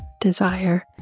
desire